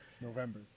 November